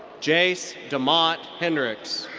jace demont hendrix.